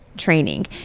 training